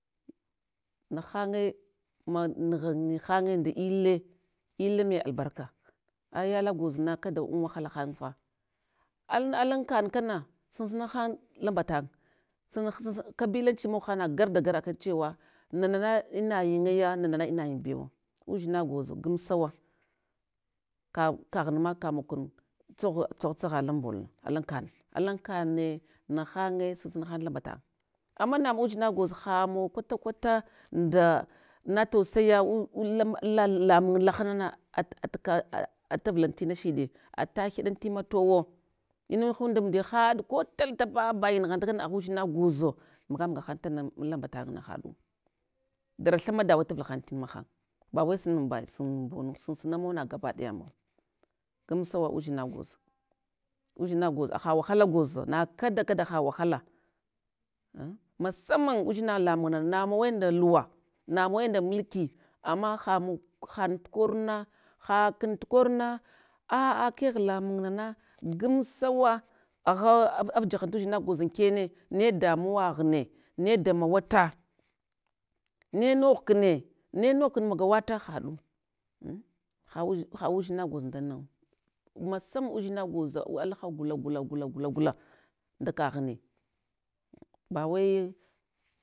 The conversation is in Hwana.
Nahanye ma nugha nyi hanye nda ille ille mai albarka, aya ala awozna kada an wahala hanfa, al alan kan kana susuna han lambatan sans kabilanchi moghan na garda gav akan chewa nana na inayin ye ya, nana na inayin bewo, udzina gwoz gamsawa, ka kaghunma kamogkun tsogh tsogh tsogha lan mbolna, alankan. Alan kanne nahanye sunsuna han lan mbatan, ama namawa udzina gwoza namawa kwata kwata nda na tosiya ya lamun lahana na at atka atavlal tina shide ata hyedal tima juwo inahundamdiya haɗ ko tal tapabayin nughanta kana, agha udzina gwoza maga maga han tang an lambatana haɗu, dara thamadawe tavalhan tin mahang, bawe sunba sunumbono, sunsunawa na gabaɗaya mawa. Gamsawa udzina gwoz udzina gwoz haha wahala gwoza, nakada kada haha wahala. An masaman udzina lamungna. Namawe nda huwa, namawe nda mulki, ama hamun, hanana tukorna hakun tukorna, aa kagh lamung nana gamsawa, agha af afjahajan tudzina gwoza an kene, ne damuwaghne, ne damawa ta, ne mog kne, ne damawata, ne mog kne, ne mog kun magawata haɗie, an ha udzina gwoz ha gula, gula, gula, gula nda kaghne bawai ndala shiɗe ba wai.